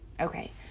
Okay